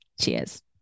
Cheers